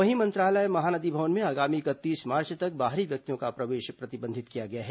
वहीं मंत्रालय महानदी भवन में आगामी इकतीस मार्च तक बाहरी व्यक्तियों का प्रवेश प्रतिबंधित किया गया है